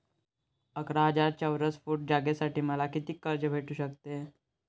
अकरा हजार चौरस फुट जागेसाठी मले कितीक कर्ज भेटू शकते?